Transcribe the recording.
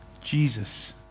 Jesus